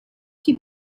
die